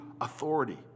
authority